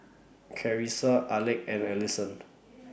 Carissa Alek and Allyson